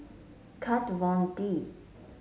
Kat Von D